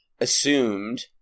assumed